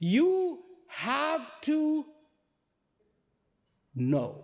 you have to kno